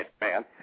man